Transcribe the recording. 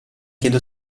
chiede